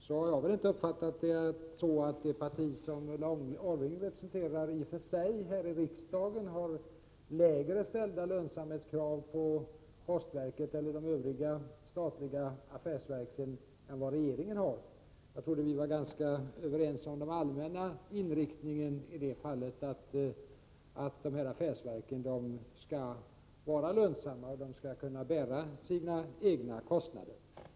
Men jag har inte uppfattat det så att det parti som Ulla Orring representerar här i riksdagen har lägre ställda lönsamhetskrav på postverket eller de övriga statliga affärsverken än vad regeringen har. Jag trodde vi var ganska överens om den allmänna inriktningen, nämligen att affärsverken skall vara lönsamma och kunna bära sina egna kostnader.